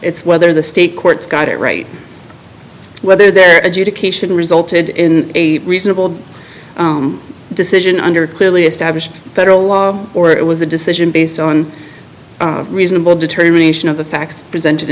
it's whether the state courts got it right whether that adjudication resulted in a reasonable decision under clearly established federal law or it was a decision based on reasonable determination of the facts presented